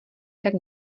tak